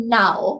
now